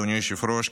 אדוני היושב-ראש,